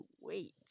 wait